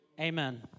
Amen